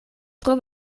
tro